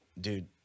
Dude